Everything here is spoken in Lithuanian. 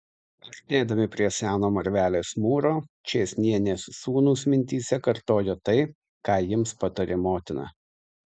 artėdami prie seno marvelės mūro čėsnienės sūnūs mintyse kartojo tai ką jiems patarė motina